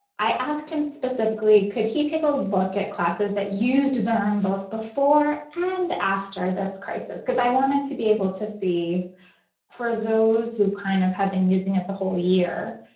i asked him specifically, could he take a look at classes that use discern both before and after this crisis? because i wanted to be able to see for those who kind of had been using it the whole year.